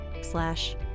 slash